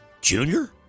Junior